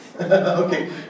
Okay